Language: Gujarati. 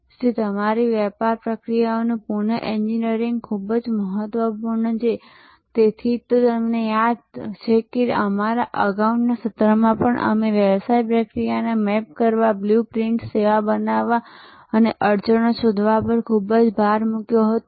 તેથી તમારી વ્યાપાર પ્રક્રિયાઓનું પુનઃએન્જિનિયરિંગ ખૂબ જ મહત્વપૂર્ણ છે અને તેથી જ જો તમને યાદ છે કે અમારા અગાઉના સત્રોમાં અમે વ્યવસાય પ્રક્રિયાને મેપ કરવા બ્લુ પ્રિન્ટ સેવા બનાવવા અને અડચણો શોધવા પર ખૂબ ભાર મૂક્યો હતો